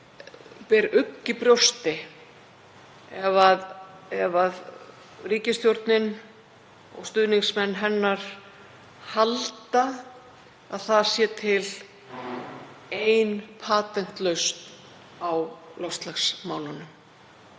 ber ugg í brjósti ef ríkisstjórnin og stuðningsmenn hennar halda að það sé til ein patentlausn á loftslagsmálunum,